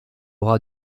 aura